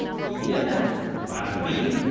yeah y'know. badda bing,